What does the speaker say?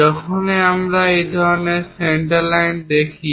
যখনই আমরা এই ধরনের সেন্টার লাইন দেখি